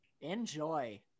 enjoy